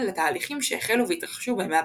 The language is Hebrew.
לתהליכים שהחלו והתרחשו בימי הביניים.